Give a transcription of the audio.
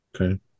Okay